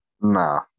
No